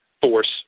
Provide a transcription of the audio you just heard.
force